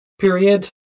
period